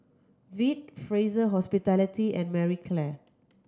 Veet Fraser Hospitality and Marie Claire